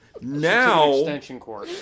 now